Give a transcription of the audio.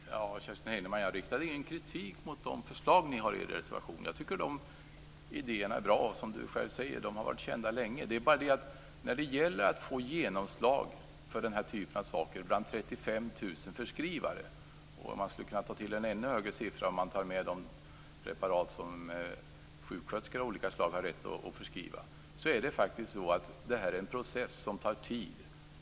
Fru talman! Kerstin Heinemann, jag riktar ingen kritik mot förslagen i er reservation. Jag tycker att idéerna är bra, och som du själv säger har de varit kända länge. Det är bara det att det gäller att få genomslag för den här typen av saker bland 35 000 förskrivare. Man skulle kunna ta till en ännu högre siffra om man räknar med de sjuksköterskor som har rätt att förskriva vissa preparat. Detta är faktiskt en process som tar tid.